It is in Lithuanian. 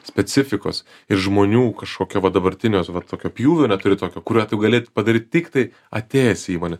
specifikos ir žmonių kažkokio va dabartinio va tokio pjūvio neturi tokio kuriuo tu gali padaryt tiktai atėjęs į įmonę